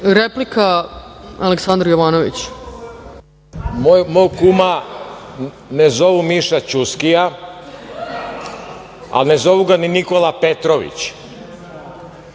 replika. **Aleksandar Jovanović** Mog kuma ne zovu Miša Ćuskija, a ne zovu ga ni Nikola Petrović.